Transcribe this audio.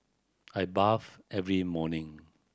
I bathe every morning